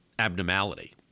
abnormality